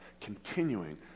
continuing